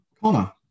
Connor